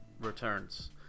returns